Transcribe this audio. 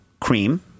cream